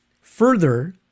further